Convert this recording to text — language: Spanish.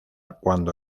cuando